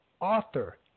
author